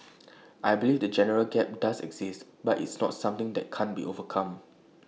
I believe the generation gap does exist but it's not something that can't be overcome